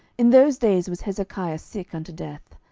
in those days was hezekiah sick unto death.